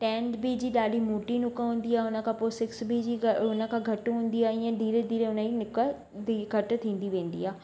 ten B G ॾाढी मोटी नुक हूंदी आहे उन खां पोइ सिक्स बी जी उन खां घटि हूंदी आहे इअं धीरे धीरे हुन ई नुक घटि थींदी वेंदी आहे